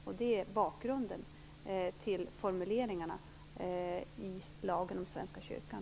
Det är bakgrunden till formuleringarna i lagen om Svenska kyrkan.